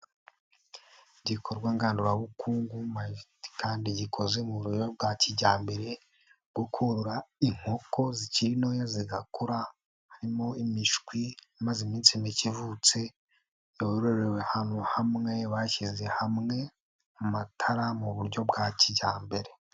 Igikorwa ngandurabukungu kandi gikoze mu buryo bwa kijyambere, gukura inkoko zikiri ntoya zigakura, harimo imishwi imaze iminsi mike ivutse yororewe ahantu hamwe bashyize hamwe amatara mu buryo bwa kijyambere.